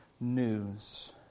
news